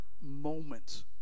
moment